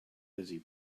busy